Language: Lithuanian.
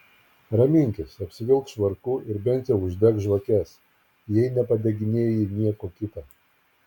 raminkis apsivilk švarku ir bent jau uždek žvakes jei nepadeginėji nieko kita